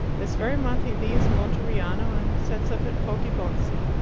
this very month he leaves monteriano, and sets up at poggibonsi.